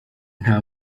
nta